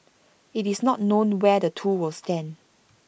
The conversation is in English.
IT is not known where the two will stand